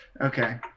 Okay